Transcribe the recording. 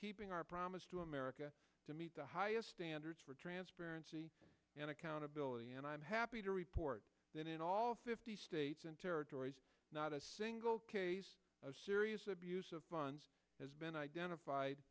keeping our promise to america to meet the highest standards for transparency and accountability and i'm happy to report that in all fifty states and territories not a single case of serious abuse of funds has been identified